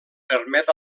permet